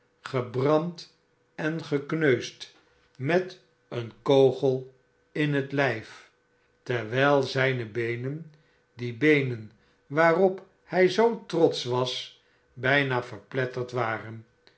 gebrand en gekneusd met een kogel in het lijf terwijl zijne beenen die beenen waarop hij zoo trotsch was bijna verpletterd waren